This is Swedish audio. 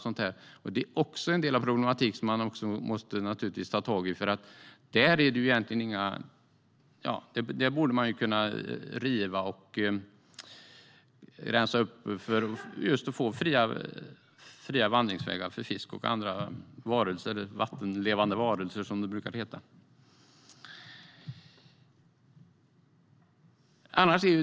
Det är också en del av problemet som man måste ta tag i. Där borde man kunna riva och rensa upp för att få fria vandringsvägar för fisk och andra vattenlevande varelser.